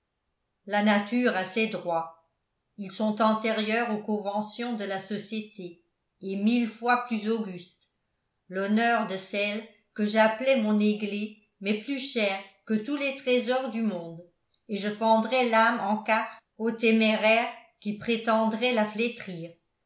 la nature a ses droits ils sont antérieurs aux conventions de la société et mille fois plus augustes l'honneur de celle que j'appelais mon églé m'est plus cher que tous les trésors du monde et je fendrais l'âme en quatre au téméraire qui prétendrait la flétrir